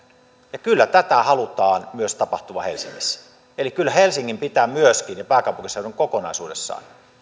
kyllä tätä halutaan tapahtuvan myös helsingissä eli kyllä helsingin pitää myöskin ja pääkaupunkiseudun kokonaisuudessaan